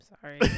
Sorry